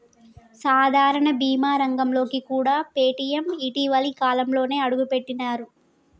సాధారణ బీమా రంగంలోకి కూడా పేటీఎం ఇటీవలి కాలంలోనే అడుగుపెట్టినరు